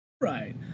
right